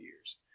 years